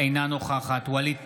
אינה נוכחת ווליד טאהא,